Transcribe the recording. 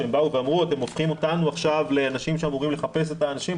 שהם באו ואמרו שאנחנו הופכים אותם לאנשים שאמורים לחפש את האנשים,